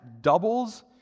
doubles